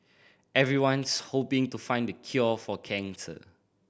everyone's hoping to find the cure for cancer